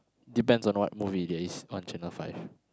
depends on what movie there is on channel five